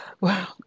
Wow